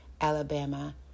Alabama